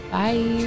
Bye